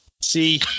See